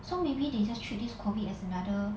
so maybe they just treat this COVID as another